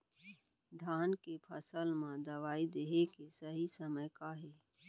धान के फसल मा दवई देहे के सही समय का हे?